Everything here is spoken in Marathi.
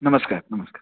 नमस्कार नमस्कार